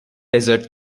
desert